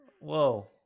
Whoa